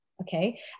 Okay